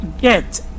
get